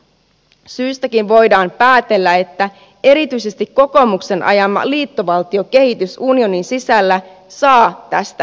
syystäkin voidaan päätellä että erityisesti kokoomuksen ajama liittovaltiokehitys unionin sisällä saa tästä lisävauhtia